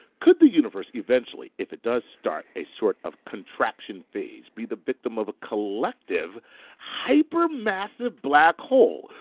could the universe eventually, if it does start a sort of contraction phase, be the victim of a collective hyper-massive black hole?